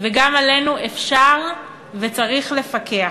וגם עלינו אפשר וצריך לפקח.